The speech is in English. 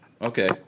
okay